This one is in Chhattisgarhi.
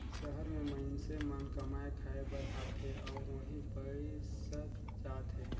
सहर में मईनसे मन कमाए खाये बर आथे अउ उहींच बसत जात हें